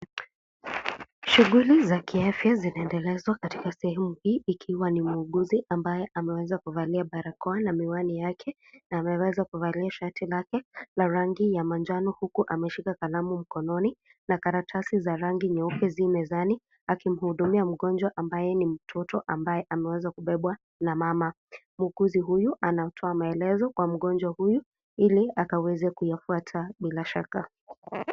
Shughuli za kiafya zinaendelezwa katika sehemu hii ikiwa ni muuguzi ambaye ameweza kuvalia barakoa na miwani yake, na ameweza kuvalia shati lake la rangi ya manjano huku ameshika kalamu mkononi, na karatasi za rangi nyeupe zi mezani akimhudumia mgonjwa ambaye ni mtoto ambaye ameweza kubebwa na mama. Muuguzi huyu anatoa maelezo kwa mgonjwa huyu ili akaweze kuyafuata bila shaka.